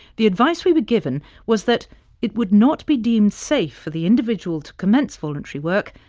the advice we were given was that it would not be deemed safe for the individual to commence voluntary work,